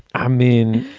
i mean,